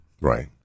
Right